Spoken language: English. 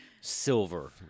silver